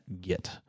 get